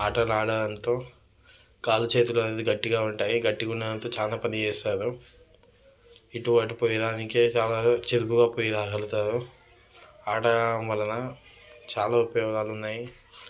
ఆటలు అడడంతో కాలు చేతులు అది గట్టిగా ఉంటాయి గట్టిగా ఉన్నంతే చాలా పని చేస్తారు ఇటువంటి పని రాగలుగుతారు అటల వలన చాలా ఉపయోగాలు ఉన్నాయి